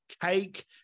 cake